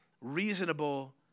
reasonable